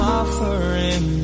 offering